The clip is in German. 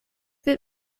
wird